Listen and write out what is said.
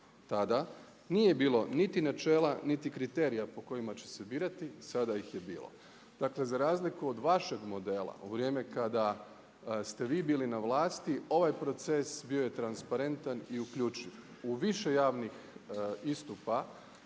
Tada nije bilo niti načela, niti kriterija po kojima će se birati, sada ih je bilo. Dakle za razliku od vašeg modela u vrijeme kada ste vi bili na vlasti ovaj proces bio je transparentan i uključiv u više javnih istupa